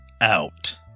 out